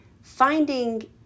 finding